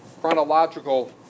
chronological